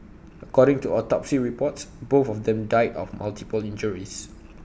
according to autopsy reports both of them died of multiple injuries